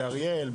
אריאל,